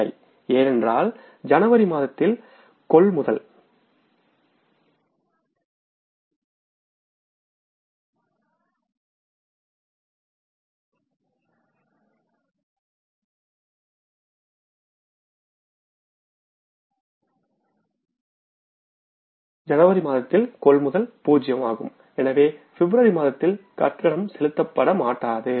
இல்லை ஏனென்றால் ஜனவரி மாதத்தில் கொள்முதல் பூஜியம் ஆகும்எனவே பிப்ரவரி மாதத்தில் கட்டணம் செலுத்தப்பட மாட்டாது